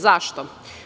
Zašto?